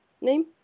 name